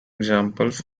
examples